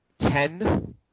ten